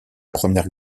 première